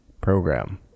program